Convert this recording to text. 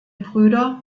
brüder